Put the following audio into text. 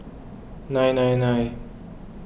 nine nine nine